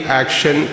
action